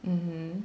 mmhmm